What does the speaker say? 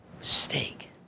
steak